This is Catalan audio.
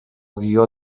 guió